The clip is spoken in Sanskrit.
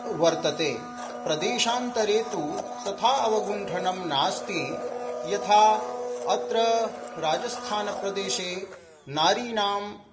वर्तते प्रदेशान्तरे तु तथा अवगुण्ठनं नास्ति यथा अत्र राजस्थानप्रदेशे नारीणां